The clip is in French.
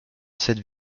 cette